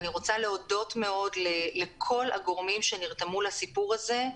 אני רוצה להודות מאוד לכל הגורמים שנרתמו לסיפור הזה,